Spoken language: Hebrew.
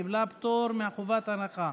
קיבלה פטור מחובת הנחה.